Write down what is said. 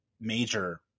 major